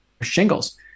shingles